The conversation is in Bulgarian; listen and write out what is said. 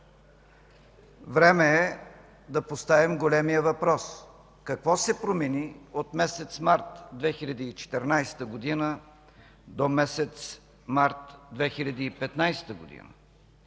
Време е да поставим големия въпрос: какво се промени от месец март 2014 г. до месец март 2015 г.?